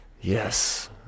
Yes